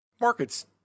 Markets